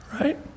right